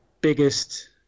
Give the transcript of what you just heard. biggest